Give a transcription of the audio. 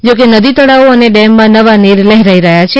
જોકે નદી તાળાવો અને ડેમમાં નવા નીર લહેરાઇ રહ્યા છે